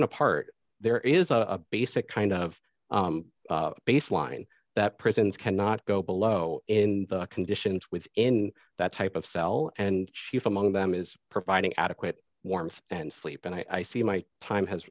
and apart there is a basic kind of baseline that prisons cannot go below in the conditions with in that type of cell and chief among them is providing adequate warmth and sleep and i see my time has